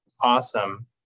awesome